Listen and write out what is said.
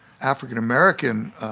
African-American